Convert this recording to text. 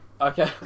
Okay